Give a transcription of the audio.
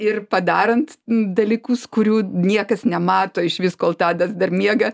ir padarant dalykus kurių niekas nemato išvis kol tadas dar miega